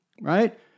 right